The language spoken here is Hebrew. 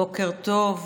בוקר טוב,